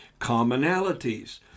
commonalities